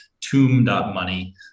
tomb.money